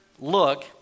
look